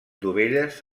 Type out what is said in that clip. dovelles